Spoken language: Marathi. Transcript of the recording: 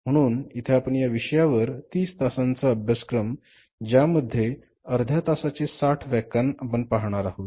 म्हणून इथे आपण या विषयावर ३० तासांचा अभ्यासक्रम ज्यामध्ये अर्ध्या तासाचे 60 व्याख्यान आपण पाहणार आहोत